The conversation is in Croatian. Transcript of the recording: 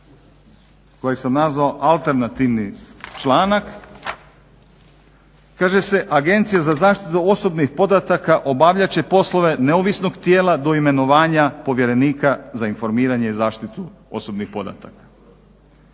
63.koji sam nazvao alternativni članak kaže se "Agencije za zaštitu osobnih podataka obavljat će poslove neovisnog tijela do imenovanja povjerenika za informiranje i zaštitu osobnih podataka".